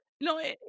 No